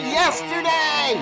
yesterday